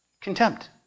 contempt